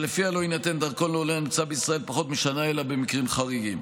שלפיה לא יינתן דרכון לעולה הנמצא בישראל פחות משנה אלא במקרים חריגים.